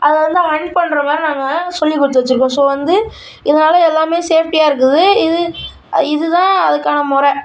அதை வந்து ஹண்ட் பண்ணுற மாதிரி நாங்கள் சொல்லிக் கொடுத்து வெச்சிருக்கோம் ஸோ வந்து இதனால் எல்லாமே சேஃப்டியாக இருக்குது இது இதுதான் அதுக்கான மொறை